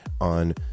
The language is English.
On